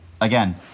again